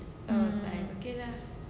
ah